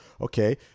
okay